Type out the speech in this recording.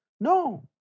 No